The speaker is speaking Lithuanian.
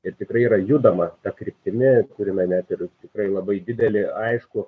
ir tikrai yra judama ta kryptimi turime net ir tikrai labai didelį aiškų